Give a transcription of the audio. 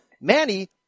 Manny